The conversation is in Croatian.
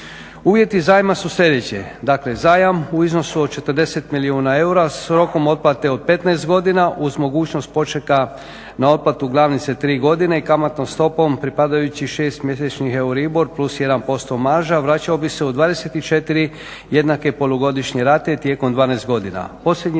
Uvjeti zajma su sljedeći, dakle zajam u iznosu od 40 milijuna eura s rokom otplate od 15 godina uz mogućnost počeka na otplatu glavnice 3 godine i kamatnom stopom pripadajući 6-mjesečni euribor plus 1% marža vraćao bi se u 24 jednake polugodišnje rate tijekom 12 godina.